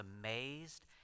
amazed